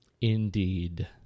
Indeed